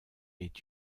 est